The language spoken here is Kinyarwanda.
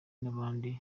n’abandi